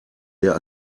der